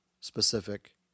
specific